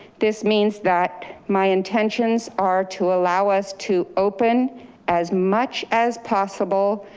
this means that my intentions are to allow us to open as much as possible,